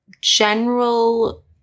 general